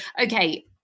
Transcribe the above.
okay